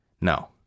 No